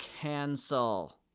Cancel